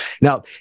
Now